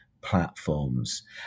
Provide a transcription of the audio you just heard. platforms